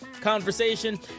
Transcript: conversation